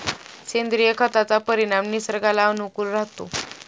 सेंद्रिय खताचा परिणाम निसर्गाला अनुकूल राहतो